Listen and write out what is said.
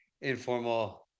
informal